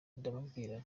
ndamubwira